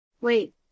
Wait